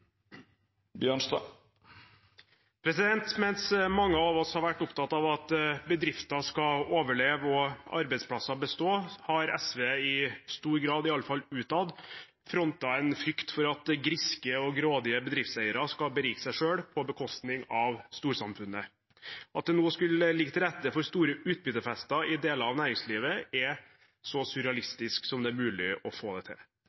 oss har vært opptatt av at bedrifter skal overleve og arbeidsplasser bestå, har SV i stor grad – iallfall utad – frontet en frykt for at griske og grådige bedriftseiere skal berike seg selv på bekostning av storsamfunnet. At det nå skulle ligge til rette for store utbyttefester i deler av næringslivet, er så surrealistisk som det er mulig å få det til.